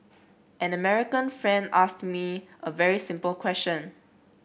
an American friend asked me a very simple question